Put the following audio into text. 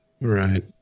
Right